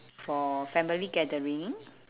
for family gathering